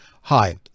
hi